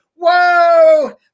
Whoa